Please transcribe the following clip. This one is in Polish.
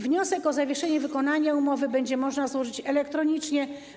Wniosek o zawieszenie wykonania umowy będzie można złożyć elektronicznie.